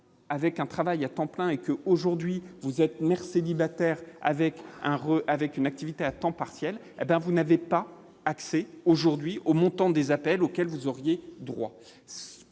avec un travail à temps plein et que, aujourd'hui, vous êtes mère célibataire avec un re avec une activité à temps partiel, hé ben vous n'avez pas accès aujourd'hui au montant des appels auxquels vous auriez droit